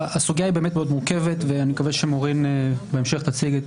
הסוגיה היא באמת מאוד מורכבת ואני מקווה שמורין בהמשך תציג.